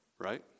right